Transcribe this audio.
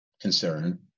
concern